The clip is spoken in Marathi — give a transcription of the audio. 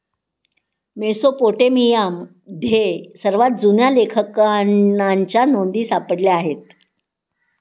मेसोपोटेमियामध्ये सर्वात जुन्या लेखांकनाच्या नोंदी सापडल्या आहेत